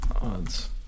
odds